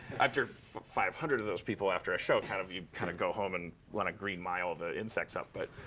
after five hundred of those people, after a show, kind of you kind of go home and want to green mile the insects up. but